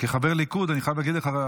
כחבר ליכוד אני חייב להגיד לך,